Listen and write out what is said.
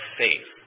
faith